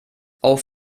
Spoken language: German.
auf